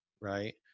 right